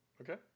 Okay